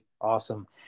Awesome